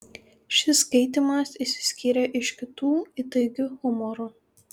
šis skaitymas išsiskyrė iš kitų įtaigiu humoru